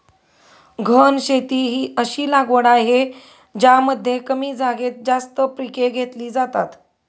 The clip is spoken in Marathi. गहन शेती ही अशी लागवड आहे ज्यामध्ये कमी जागेत जास्त पिके घेतली जातात